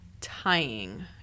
tying